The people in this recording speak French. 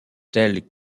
tels